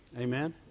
Amen